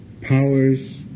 powers